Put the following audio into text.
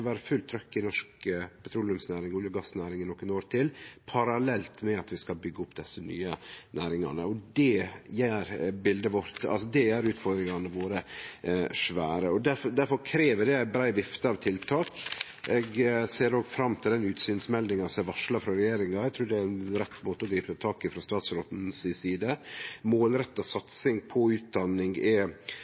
fullt trykk i norsk petroleumsnæring og olje- og gassnæring i nokre år til – parallelt med at vi skal byggje opp desse nye næringane. Det gjer utfordringane våre svære. Difor krev det ei brei vifte av tiltak. Eg ser òg fram til utsynsmeldinga som er varsla av regjeringa. Eg trur det er ein rett måte å gripe tak i det på frå statsråden si side. Målretta satsing på utdanning er